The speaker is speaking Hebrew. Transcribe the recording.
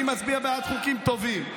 אני מצביע בעד חוקים טובים.